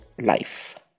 life